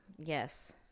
Yes